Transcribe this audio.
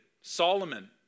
Solomon